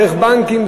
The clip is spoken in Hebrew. דרך בנקים,